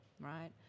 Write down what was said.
right